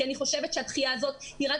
כי אני חושבת שהדחייה הזאת היא רק